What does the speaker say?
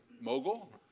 mogul